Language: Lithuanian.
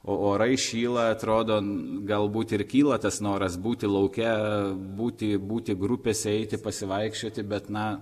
o orai šyla atrodo galbūt ir kyla tas noras būti lauke būti būti grupėse eiti pasivaikščioti bet na